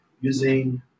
using